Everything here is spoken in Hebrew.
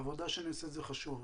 עבודה שנעשית היא חשובה.